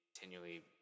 continually